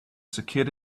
secured